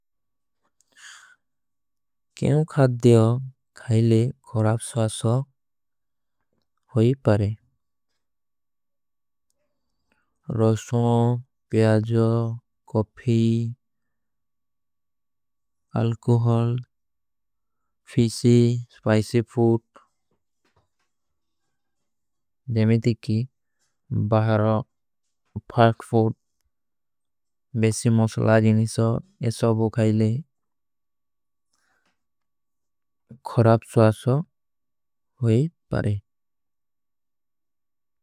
କ୍ଯୋଂ ଖାଦ୍ଯୋଂ ଖାଈଲେ ଖରାପ ସ୍ଵାଗତ ହୋଈ ପାରେ ରୋସୋଂ। ପ୍ଯାଜୋ, କୌଫୀ, ଅଲକୋହଲ, ଫିଶୀ, ସ୍ପଇସୀ। ଫୂଟ ଜୈମେଦିକୀ, ବାହରା, ଫାର୍କ ଫୂଟ ବେସୀ ମସଲା। ଜୀନିଷ ଯେ ସବୋ ଖାଈଲେ ଖରାପ ସ୍ଵାଗତ ହୋଈ ପାରେ।